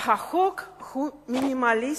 שהחוק הוא מינימליסטי,